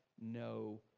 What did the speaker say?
no